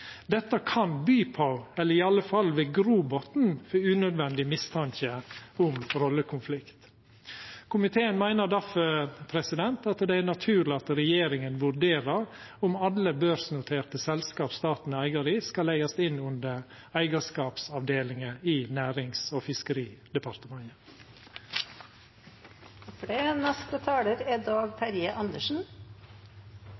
Dette kan by på, eller iallfall vera grobotn for, unødvendig mistanke om rollekonflikt. Komiteen meiner difor at det er naturleg at regjeringa vurderer om alle børsnoterte selskap staten er eigar i, skal leggjast inn under eigarskapsavdelinga i Nærings- og fiskeridepartementet. La meg starte med å takke saksordføreren for en grundig behandling av det